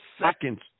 seconds